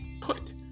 put